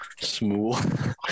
smooth